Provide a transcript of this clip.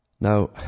Now